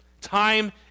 Time